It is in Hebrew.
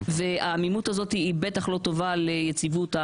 העמימות הזאת היא בטח לא טובה ליציבות ה